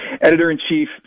Editor-in-chief